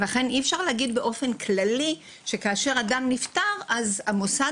אי-אפשר להגיד באופן כללי שכאשר אדם נפטר אז המוסד